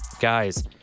guys